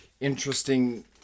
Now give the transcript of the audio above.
interesting